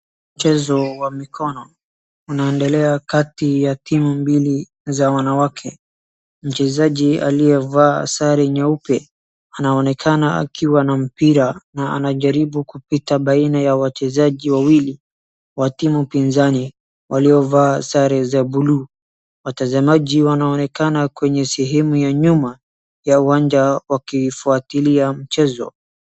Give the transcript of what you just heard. Mchezo wa mikono, unaendelea kati ya timu mbili za wanawake, mchezaji aliyevaa sare nyeupe anaonekana akiwa na mpira, na anajaribu kupita baina ya wachezaji wawili wa timu pinzani, waliovaa sare za blue , watazamaji wanaonekana kwenye sehemu ya nyuma ya uwanja wakifuatilia mchezo.